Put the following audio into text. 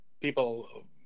people